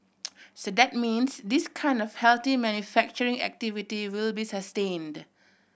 so that means this kind of healthy manufacturing activity will be sustained